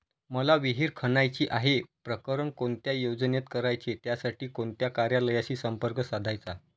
मला विहिर खणायची आहे, प्रकरण कोणत्या योजनेत करायचे त्यासाठी कोणत्या कार्यालयाशी संपर्क साधायचा?